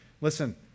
Listen